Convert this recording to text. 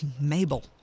Mabel